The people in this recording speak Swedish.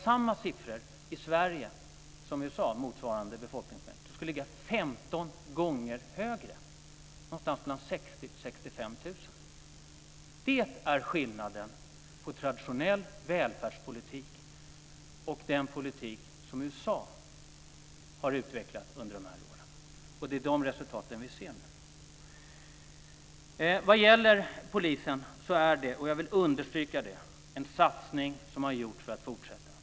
Om vi i Sverige skulle ha motsvarande andel fångar skulle antalet vara 15 gånger större, dvs. 60 000 65 000. Det är skillnaden mellan traditionell välfärdspolitik och den politik som man har utvecklat i USA under dessa år, och det är de resultaten vi ser nu. Jag vill understryka att satsningen på polisen ska fortsätta.